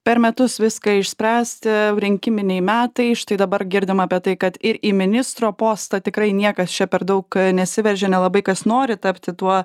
per metus viską išspręsti rinkiminiai metai štai dabar girdim apie tai kad ir į ministro postą tikrai niekas čia per daug nesiveržia nelabai kas nori tapti tuo